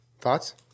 Thoughts